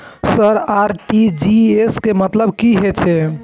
Sir RTGS के मतलब की हे छे?